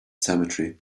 cemetery